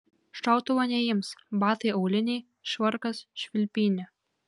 šautuvo neims batai auliniai švarkas švilpynė